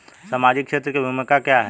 सामाजिक क्षेत्र की भूमिका क्या है?